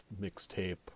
mixtape